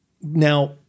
Now